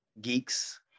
Geeks